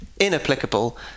inapplicable